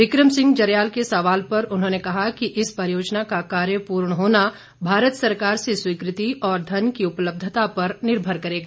बिक्रम सिंह जरयाल के सवाल पर उन्होंने कहा कि इस परियोजना का कार्य पूर्ण होना भारत सरकार से स्वीकृति और धन की उपलबधता पर निर्भर करेगा